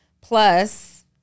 plus